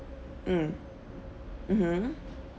mm mmhmm